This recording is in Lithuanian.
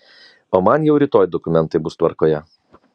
o man jau rytoj dokumentai bus tvarkoje